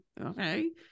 okay